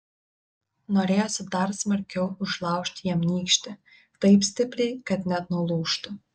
norėjosi dar smarkiau užlaužti jam nykštį taip stipriai kad net nulūžtų